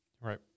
Right